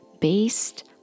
based